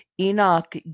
Enoch